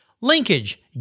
linkage